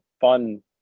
fun